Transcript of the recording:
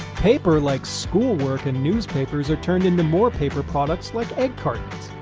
paper like school-work and newspapers are turned into more paper products like egg cartons.